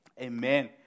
Amen